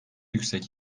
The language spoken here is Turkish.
yüksek